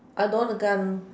I don't want the gun